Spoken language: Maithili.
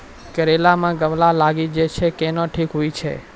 करेला मे गलवा लागी जे छ कैनो ठीक हुई छै?